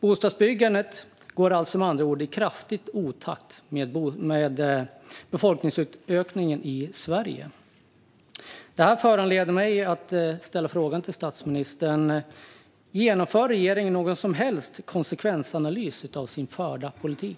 Bostadsbyggandet går alltså kraftigt i otakt med befolkningsökningen i Sverige. Detta föranleder mig att ställa frågan till statsministern: Genomför regeringen någon som helst konsekvensanalys av sin förda politik?